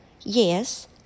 yes